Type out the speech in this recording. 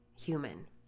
human